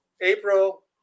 April